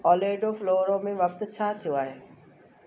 Orlando Florida में वक़्तु छा थियो आहे